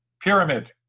pyramid.